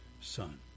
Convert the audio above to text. Son